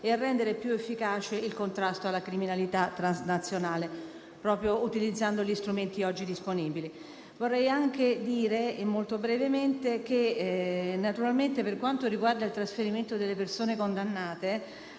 e a rendere più efficace il contrasto alla criminalità transnazionale, proprio utilizzando gli strumenti oggi disponibili. Vorrei anche dire, molto brevemente, che, per quanto riguarda il trasferimento delle persone condannate,